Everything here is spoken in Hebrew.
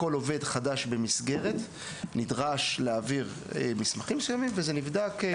כל עובד חדש במסגרת נדרש להעביר מסמכים מסוימים וזה נבדק.